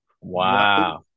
wow